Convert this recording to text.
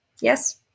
Yes